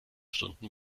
stunden